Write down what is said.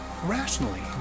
rationally